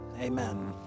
Amen